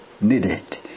needed